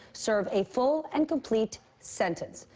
serve a full and complete sentence.